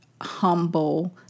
humble